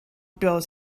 beau